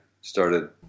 started